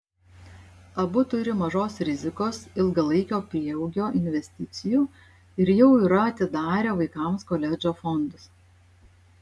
abu turi mažos rizikos ilgalaikio prieaugio investicijų ir jau yra atidarę vaikams koledžo fondus